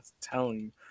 telling